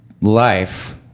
life